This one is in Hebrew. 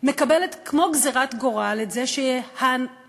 מקבלת כמו גזירת גורל את זה שהחלקים